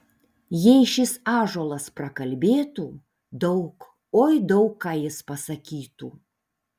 jei šis ąžuolas prakalbėtų daug oi daug ką jis pasakytų